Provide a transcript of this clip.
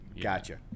Gotcha